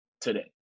today